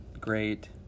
great